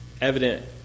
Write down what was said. evident